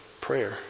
prayer